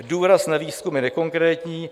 Důraz na výzkum je nekonkrétní.